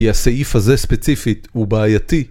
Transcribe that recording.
כי הסעיף הזה ספציפית הוא בעייתי